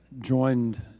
joined